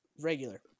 regular